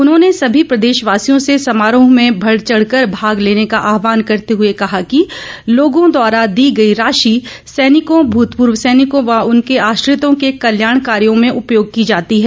उन्होंने सभी प्रदेशवासियों से समारोह में बढ़चढ़ कर भाग लेने का आहवान करते हुए कहा कि लोगों द्वारा दी गई राशि सैनिकों भूतपूर्व सैनिकों व उनके आश्रितों के कल्याण कार्यों में उपयोग की जाती है